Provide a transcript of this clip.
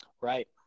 Right